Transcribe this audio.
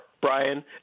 Brian